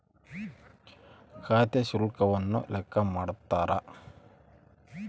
ಖಾತೆ ಶುಲ್ಕವನ್ನು ಲೆಕ್ಕ ಮಾಡ್ತಾರ